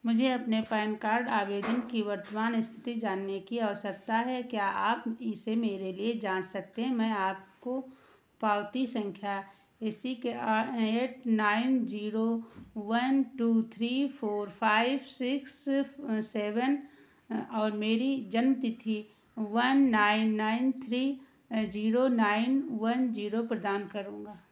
मुझे अपने PAN card आवेदन की वर्तमान इस्थिति जानने की आवश्यकता है क्या आप इसे मेरे लिए जाँच सकते हैं मैं आपको पावती सँख्या A C K eight nine zero one two three four five six seven और मेरी जन्मतिथि one nine nine three zero nine one zero प्रदान करूँगा